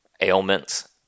ailments